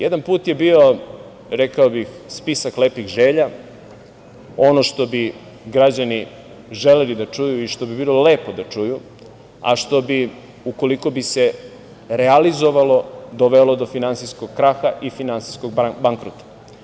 Jedan put je bio, rekao bih, spisak lepih želja, ono što bi građani želeli da čuju i što bi bilo lepo da čuju, a što bi, ukoliko bi se realizovalo, dovelo do finansijskog kraha i finansijskog bankrota.